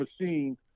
machine